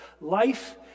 life